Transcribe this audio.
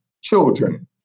children